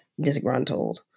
disgruntled